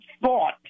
thought